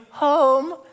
home